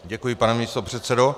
Děkuji, pane místopředsedo.